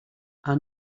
are